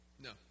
No